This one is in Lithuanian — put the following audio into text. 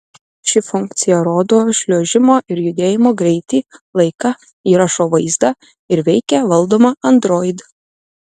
ši funkcija rodo šliuožimo ir judėjimo greitį laiką įrašo vaizdą ir veikia valdoma android